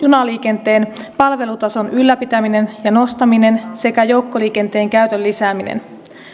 junaliikenteen palvelutason ylläpitäminen ja nostaminen sekä joukkoliikenteen käytön lisääminen